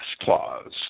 clause